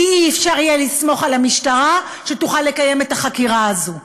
כי אי-אפשר יהיה לסמוך על המשטרה שתוכל לקיים את החקירה הזו,